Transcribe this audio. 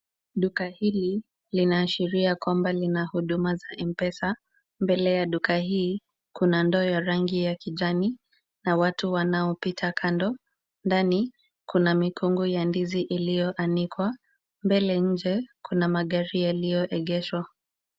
Duka hili lina ashiria kwamba lina huduma za M-Pesa. Mbele ya duka hii kuna ndoo ya rangi ya kijani, na watu wanaopita kando. Ndani, kuna mikungu ya ndizi iliyoandlikwa, mbele nje kuna magari yaliyoegeshwa.